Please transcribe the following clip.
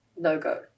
no-go